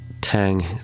tang